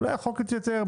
אולי החוק יתייתר,